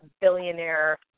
billionaire